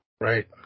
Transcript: Right